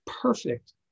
perfect